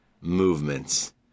movements